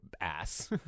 ass